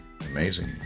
Amazing